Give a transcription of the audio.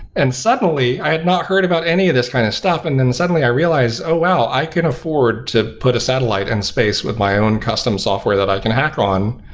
and suddenly, i had not heard about any of these kind of stuff. td and then suddenly i realized, oh, well. i can afford to put a satellite in space with my own custom software that i can hack on.